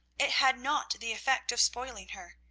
it had not the effect of spoiling her.